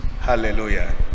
Hallelujah